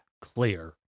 clear